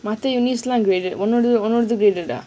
he is not graded ஒன்னோடதும்:onnodathum graded ah